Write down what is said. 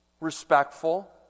respectful